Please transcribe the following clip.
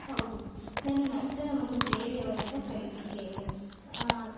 ಹೌದು ನಾನು ನರ್ತನವನ್ನು ಬೇರೆಯವರಿಂದ ಕಲಿತಿದ್ದೇನೆ